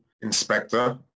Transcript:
inspector